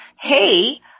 Hey